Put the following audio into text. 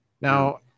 now